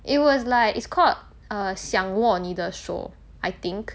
it was like it's called err 想握你的手 I think